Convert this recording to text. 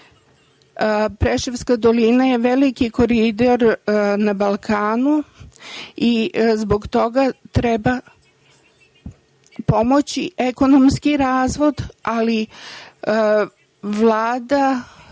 Srbije. Preševska dolina je veliki koridor na Balkanu i zbog toga treba pomoći ekonomski razvoj, ali Vlada